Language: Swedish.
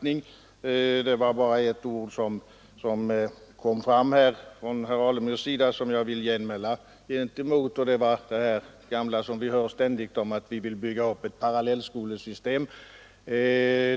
punkt. Jag vill vad avser herr Alemyr bara vända mig mot ett enda yttrande, nämligen mot den gamla anklagelsen som vi ständigt får höra, att vi vill bygga upp ett parallellskolesystem.